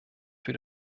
für